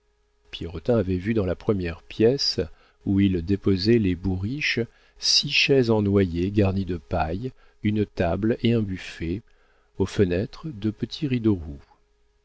pierrotin avait vu dans la première pièce où il déposait les bourriches six chaises de noyer garnies de paille une table et un buffet aux fenêtres de petits